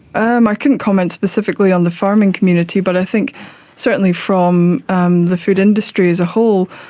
um i couldn't comment specifically on the farming community but i think certainly from um the food industry as a whole,